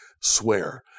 swear